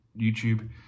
YouTube